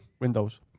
windows